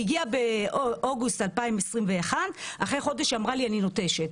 הגיעה באוגוסט 2021ף אחרי חודש אמר לי אני נוטשת.